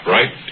Right